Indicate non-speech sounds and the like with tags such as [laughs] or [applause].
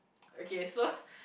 okay so [laughs]